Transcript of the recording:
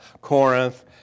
Corinth